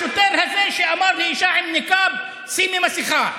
השוטר הזה שאמר לאישה עם ניקאב: שימי מסכה,